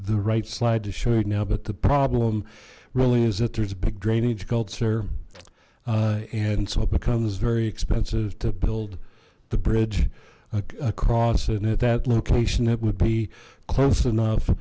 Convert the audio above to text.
the right slide to show you now but the problem really is that there's a big drainage culture and so it becomes very expensive to build the bridge across and at that location that would be close enough